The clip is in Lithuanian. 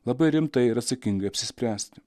labai rimtai ir atsakingai apsispręsti